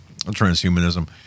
transhumanism